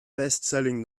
bestselling